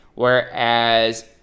whereas